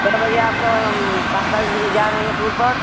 कै बजे आपका आप कै बजे जा रही हैं टूर पर